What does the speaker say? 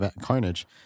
Carnage